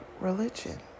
religion